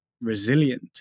resilient